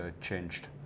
changed